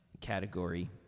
category